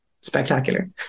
spectacular